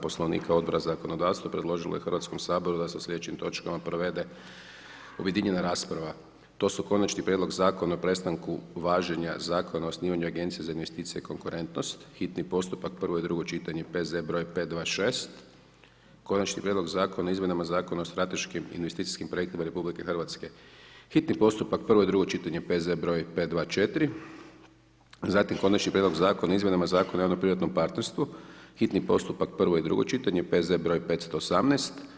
Poslovnika Odbora za zakonodavstvo predložilo je HS-u da se o slijedećim točkama provede objedinjena rasprava, to su: - Konačni prijedlog zakona o prestanku važenja Zakona o osnivanju agencija za investicije i konkurentnost, hitni postupak, prvo i drugo čitanje, P.Z. broj 526, - Konačni prijedlog zakona o izmjenama Zakona o strateškim investicijskim projektima RH, hitni postupak, prvo i drugo čitanje, P.Z. broj 524, - Konačni prijedlog zakona o izmjenama Zakona o javno privatnom partnerstvu, hitni postupak, prvo i drugo čitanje, P.Z. broj 518, -